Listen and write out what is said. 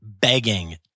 Begging